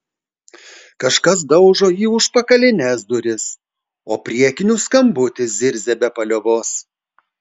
kažkas daužo į užpakalines duris o priekinių skambutis zirzia be paliovos